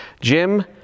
Jim